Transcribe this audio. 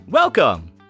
Welcome